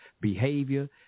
behavior